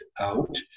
out